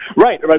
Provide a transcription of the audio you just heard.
Right